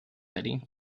lady